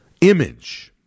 image